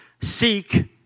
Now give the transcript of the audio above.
Seek